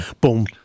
Boom